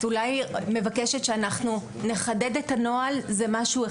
את אולי מבקשת שאנחנו נחדד את הנוהל, זה משהו אחד.